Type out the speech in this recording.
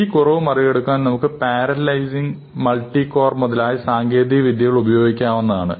ഈ കുറവ് മറികടക്കാൻ നമുക്ക് പാരലലൈസിങ് മൾട്ടികോർ മുതലായ സാങ്കേതികവിദ്യകൾ ഉപയോഗിക്കാവുന്നതാണ്